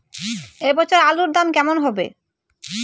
এ বছর আলুর দাম কেমন হবে?